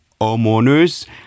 homeowners